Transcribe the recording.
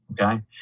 Okay